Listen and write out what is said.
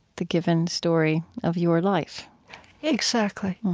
the given story of your life exactly.